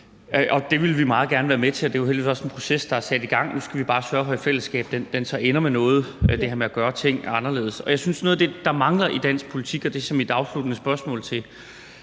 Det vil vi meget gerne være med til, og det er jo heldigvis også en proces, der er sat i gang. Nu skal vi bare sørge for i fællesskab, at den så ender med noget, altså det her med at gøre ting anderledes. Jeg synes, at noget af det, der mangler i dansk politik, og det er så det mit afsluttende spørgsmål til